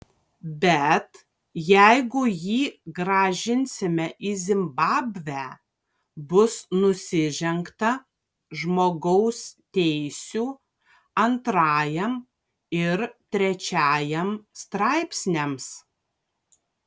bet jeigu jį grąžinsime į zimbabvę bus nusižengta žmogaus teisių antrajam ir trečiajam straipsniams